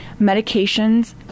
Medications